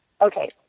Okay